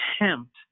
attempt